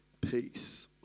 peace